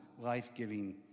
life-giving